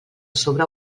sobre